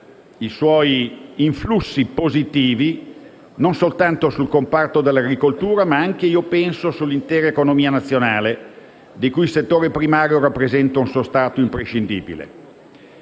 i suoi influssi positivi non soltanto sul comparto dell'agricoltura, ma anche - io penso - sull'intera economia nazionale, di cui il settore primario rappresenta un sostrato imprescindibile.